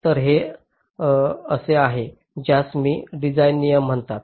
तर हे असे आहे ज्यास मी डिझाइन नियम म्हणतात